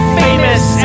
famous